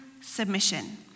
submission